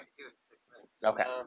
okay